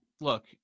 Look